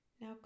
Now